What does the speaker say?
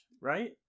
right